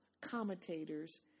commentators